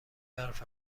برف